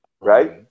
Right